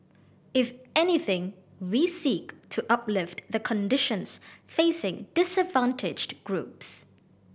if anything we seek to uplift the conditions facing disadvantaged groups